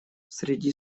среди